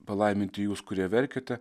palaiminti jūs kurie verkiate